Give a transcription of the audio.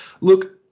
Look